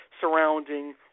surrounding